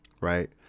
right